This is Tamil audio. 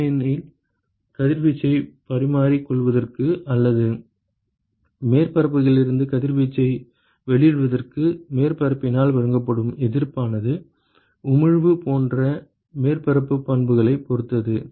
ஏனெனில் கதிர்வீச்சைப் பரிமாறிக் கொள்வதற்கு அல்லது மேற்பரப்பிலிருந்து கதிர்வீச்சை வெளியிடுவதற்கு மேற்பரப்பினால் வழங்கப்படும் எதிர்ப்பானது உமிழ்வு போன்ற மேற்பரப்புப் பண்புகளைப் பொறுத்தது